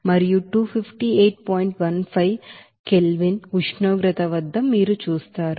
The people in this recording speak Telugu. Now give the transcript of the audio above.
15 K ఉష్ణోగ్రత వద్ద మీరు చూస్తారు